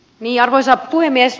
arvoisa puhemies